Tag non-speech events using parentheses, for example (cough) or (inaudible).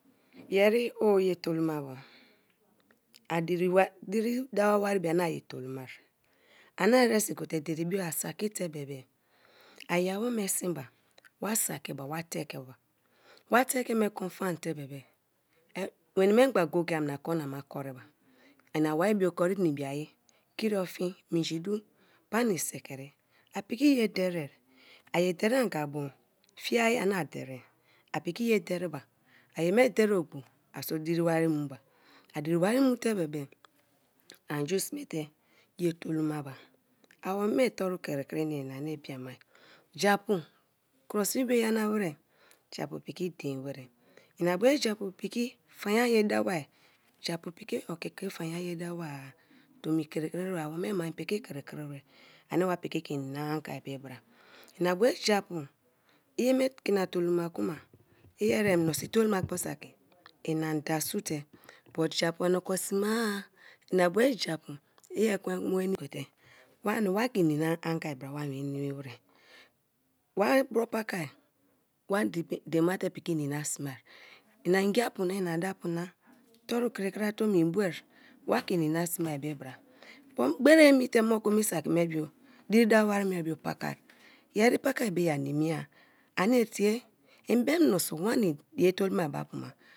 Yeri o ye tolomabo a diri wari dawo wari bio ani aye toloma ani eresi gote deck bio a saki te bebe ia wome siba wa saki ba wa teke ba wa teke me kon fan te bebe e weni mem gba go-go anna kon na ma karriba ina wari bio kori na ibian kori ofion minji du pani sikiro. A piki ye derie aye derie ba aye me dereianga bu fiiai ani aderai a piki ye dere ba a ye me dere ogbo a so diri wari muba a dirii wari mu ba a diri wari mu te bebe anju sme te ye tolo maba awome toru kriki na ani na anga be bra ina bee japu i yeme ke ina toloma kuma i ere minso i tolo ma gbo saki ina bee japu iyeme ke ina toloma kuma i eren mininso itolo ma gbo saki ina dasute but japu ani oko sme-a inabio japuu i ekwen nwenii te wani wa ke ini na anga bra mie nimi wra wa bro paki wa debi dein ma tepiki inina sme ina ngiapu na ina daapu na, toru kri kri atomi en bun wa keina na sme be bra (hesitation) gberi emite me saki me bio diri dawo wari me bu paka yeri paka be ye a nimi ya anitie mbee miniso wana ye toloma-a be apu ma.